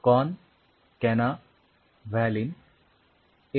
कॉन कॅना व्हॅलीन ए